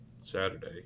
Saturday